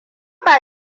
ba